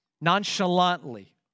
nonchalantly